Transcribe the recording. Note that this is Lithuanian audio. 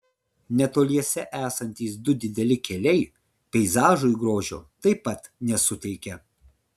netoliese esantys du dideli keliai peizažui grožio taip pat nesuteikia